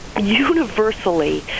universally